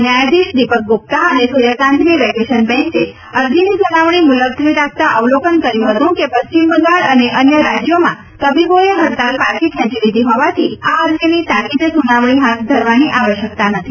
ન્યાયાધિશ દીપક ગુપ્તા અને સુર્યકાંતની વેકેશન બેંચે અરજીની સુનાવણી મુલત્વી રાખતાં અવલોન કર્યૂં હતું કે પશ્ચિમ બંગાળ અને અન્ય રાજ્યોમાં તબીબોએ હડતાલ પાછી ખેંચી લીધી હોવાથી આ અરજીની તાકીદે સુનાવણી હાથ ધરવાની આવશ્યકતા નથી